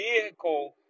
vehicle